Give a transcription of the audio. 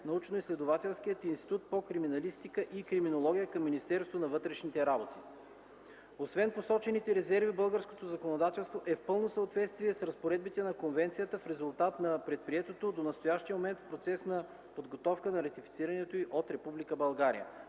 Научноизследователският институт по криминалистика и криминология към Министерството на вътрешните работи. Освен посочените резерви българското законодателство е в пълно съответствие с разпоредбите на конвенцията в резултат на предприетото до настоящия момент в процес на подготовка за ратифицирането й от Република България.